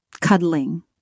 cuddling